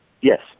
Yes